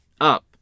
up